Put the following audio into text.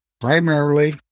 primarily